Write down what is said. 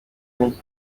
nk’iki